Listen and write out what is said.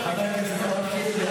עבד, חבר הכנסת נאור שירי,